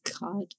God